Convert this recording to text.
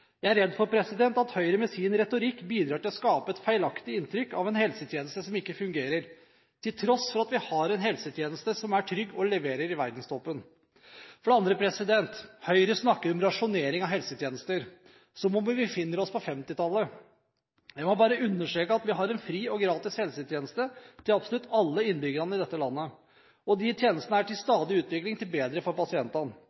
Jeg er redd for at Høyre med sin retorikk bidrar til å skape et feilaktig inntrykk, at helsetjenesten ikke fungerer, til tross for at vi har en helsetjeneste som er trygg og leverer i verdenstoppen. Høyre snakker om rasjonering av helsetjenester som om vi befinner oss på 1950-tallet. Jeg vil bare understreke at vi har en fri og gratis helsetjeneste til absolutt alle innbyggerne i dette landet, og de tjenestene er i stadig utvikling til